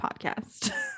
podcast